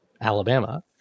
Alabama